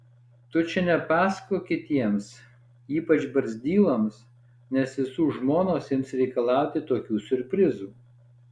tu čia nepasakok kitiems ypač barzdyloms nes visų žmonos ims reikalauti tokių siurprizų